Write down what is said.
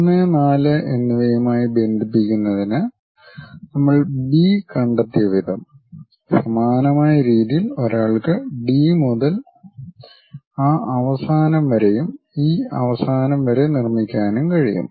3 4 എന്നിവയുമായി ബന്ധിപ്പിക്കുന്നതിന് നമ്മൾ ബി കണ്ടെത്തിയ വിധം സമാനമായ രീതിയിൽ ഒരാൾക്ക് ഡി മുതൽ ആ അവസാനം വരെയും ഈ അവസാനം വരെ നിർമ്മിക്കാനും കഴിയും